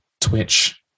Twitch